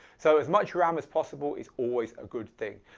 so as much ram as possible it's always a good thing.